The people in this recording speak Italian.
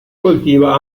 coltiva